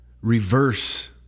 reverse